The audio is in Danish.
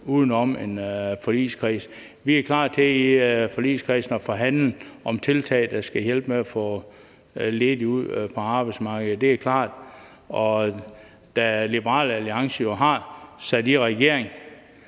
uden om forligskredsen. Vi er klar til at forhandle i forligskredsen om tiltag, der skal hjælpe med at få ledige ud på arbejdsmarkedet, det er klart. Og da Liberal Alliance jo har siddet i regering,